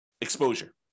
exposure